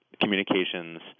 communications